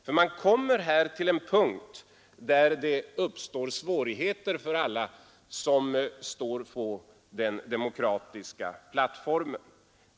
För man kommer här till en punkt där det uppstår svårigheter för alla som står på den demokratiska plattformen.